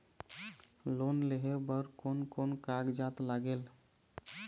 Loan लेहे बर कोन कोन कागजात लागेल?